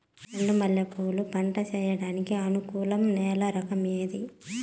చెండు మల్లె పూలు పంట సేయడానికి అనుకూలం నేల రకం ఏది